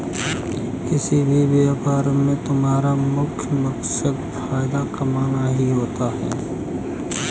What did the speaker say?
किसी भी व्यापार में तुम्हारा मुख्य मकसद फायदा कमाना ही होता है